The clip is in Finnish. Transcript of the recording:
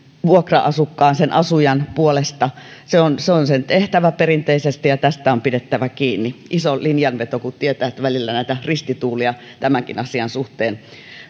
vuokra asukkaan asujan puolesta se on se on sen tehtävä perinteisesti ja tästä on pidettävä kiinni iso linjanveto kun tietää että välillä ristituulia tämänkin asian suhteen